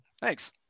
thanks